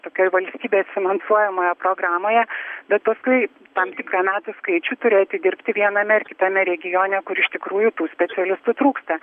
tokioj valstybės finansuojamoje programoje bet paskui tam tikrą metų skaičių turi atidirbti viename ar kitame regione kur iš tikrųjų tų specialistų trūksta